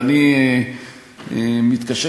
אני אצטרך